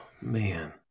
man